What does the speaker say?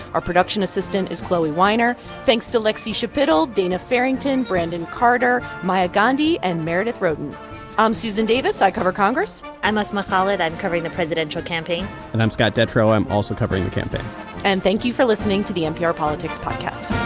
our production assistant is chloe weiner. thanks to lexie schapitl, dana farrington, brandon carter, maya gandhi and meredith roden i'm susan davis. i cover congress i'm asma khalid. i'm covering the presidential campaign and i'm scott detrow. i am also covering the campaign and thank you for listening to the npr politics podcast